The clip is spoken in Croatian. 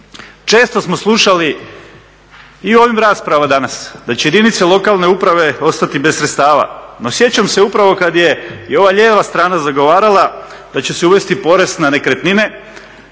Često smo slušali i u ovim raspravama danas da će jedinice lokalne samouprave ostati bez sredstava. No sjećam se kada je i ova lijeva strana zagovarala da će se uvesti porez na nekretnine,